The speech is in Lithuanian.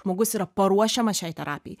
žmogus yra paruošiamas šiai terapijai